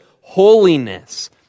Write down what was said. holiness